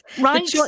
right